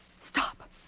Stop